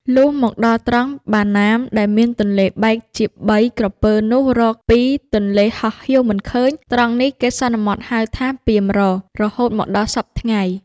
លុះមកដល់ត្រង់ បាណាម ដែលមានទន្លេបែកជាបី ក្រពើនោះរក៍ ២ ទន្លេហោះហៀវមិនឃើញ ត្រង់នេះ គេសន្មតហៅថា “ពាមរក៍” រហូតមកដល់សព្វថ្ងៃ ។។